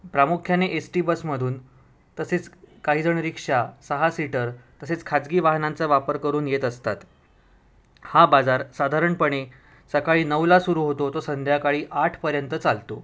प्रामुख्याने S T बसमधून तसेच काहीजण रिक्षा सहा सीटर तसेच खाजगी वाहनांचा वापर करून येत असतात हा बाजार साधारणपणे सकाळी नऊला सुरु होतो तो संध्याकाळी आठपर्यंत चालतो